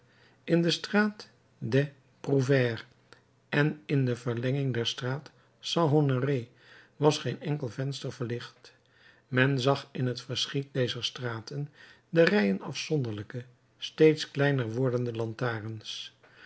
in de straat des prouvaires en in de verlenging der straat st honoré was geen enkel venster verlicht men zag in het verschiet dezer straten de rijen afzonderlijke steeds kleiner wordende lantaarns